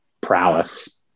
prowess